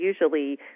usually